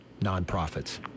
nonprofits